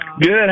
Good